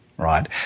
right